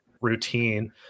routine